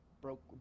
broke